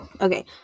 Okay